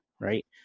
right